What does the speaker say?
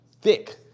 thick